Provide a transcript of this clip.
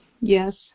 Yes